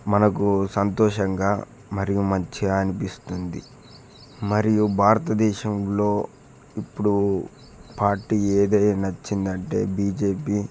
మనకు సంతోషంగా మరియు మంచిగా అనిపిస్తుంది మరియు భారతదేశంలో ఇప్పుడు పార్టీ ఏదైనా నచ్చింది అంటే బీజేపి